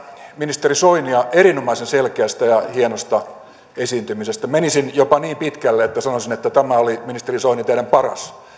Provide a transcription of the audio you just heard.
ministeri soinia erinomaisen selkeästä ja hienosta esiintymisestä menisin jopa niin pitkälle että sanoisin että tämä oli ministeri soini teidän paras